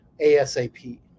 ASAP